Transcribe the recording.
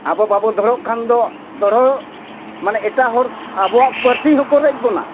ᱟᱵᱚ ᱵᱟᱵᱚ ᱫᱚᱲᱦᱚ ᱠᱷᱟᱱ ᱫᱚᱲᱦᱚ ᱢᱟᱱᱮ ᱮᱴᱟᱜ ᱦᱚᱲ ᱟᱵᱚᱣᱟᱜ ᱯᱟᱹᱨᱥᱤ ᱦᱚᱸᱠᱚ ᱨᱮᱡ ᱵᱚᱱᱟ